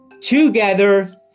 together